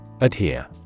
Adhere